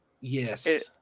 Yes